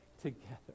together